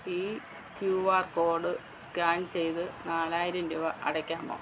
ഈ Q R code scan ചെയ്ത് നാലായിരം രൂപ അടയ്ക്കാമോ